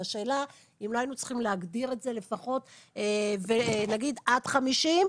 השאלה אם לא היינו צריכים להגדיר את זה ולהגיד עד 50,